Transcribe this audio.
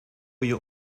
your